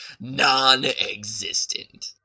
non-existent